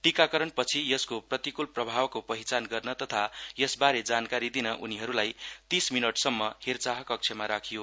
टीकाकरण पछि यसको प्रतिक्ल प्रभावको पहिचान गर्न तथा यसबारे जानकारी दिन उनीहरूलाई तीस मिनटसम्म हेरचाह कक्षमा राखियो